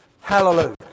hallelujah